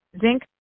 zinc